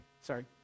Sorry